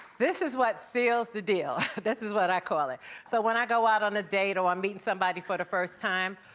this is what seals the deal. this is what i call ah so when i go out on a date or i'm meeting somebody for the first time.